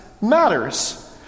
matters